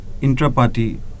intra-party